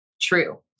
true